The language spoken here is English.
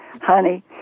honey